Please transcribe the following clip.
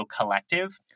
Collective